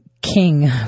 King